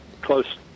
close